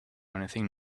anything